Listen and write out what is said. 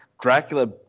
Dracula